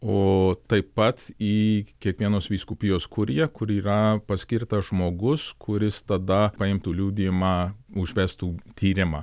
o taip pat į kiekvienos vyskupijos kuriją kur yra paskirtas žmogus kuris tada paimtų liudijimą užvestų tyrimą